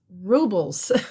rubles